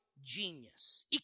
Genius